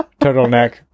turtleneck